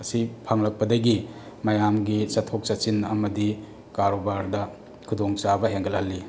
ꯑꯁꯤ ꯐꯪꯂꯛꯄꯗꯒꯤ ꯃꯌꯥꯝꯒꯤ ꯆꯠꯊꯣꯛ ꯆꯠꯁꯤꯟ ꯑꯃꯗꯤ ꯀꯔꯕꯥꯔꯗ ꯈꯨꯗꯣꯡꯆꯥꯕ ꯍꯦꯟꯒꯠꯍꯜꯂꯤ